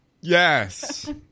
Yes